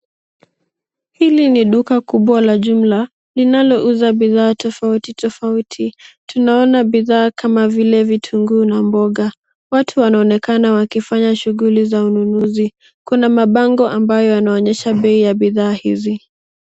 Hili ni duka kubwa la jumla linalouza bidhaa tofauti tofauti. Tunaona bidhaa kama vile vitunguu na mboga. Watu wanaonekana wakifanya shughuli za ununuzi. Kuna mabango ambayo yanaonyesha bei ya bidhaa hizi.